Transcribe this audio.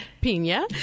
Pina